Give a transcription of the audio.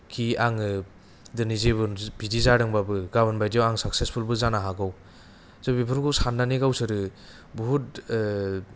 खि आङो दिनै जेबो बिदि जादोंबाबो गाबोन बायदिआव आं साक्सेसफुलबो जानो हागौ जुदि बेफोरखौ सान्नानै गावसोरो बुहुद